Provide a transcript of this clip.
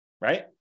Right